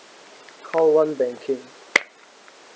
call one banking